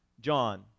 John